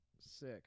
Sick